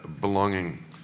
belonging